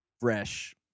fresh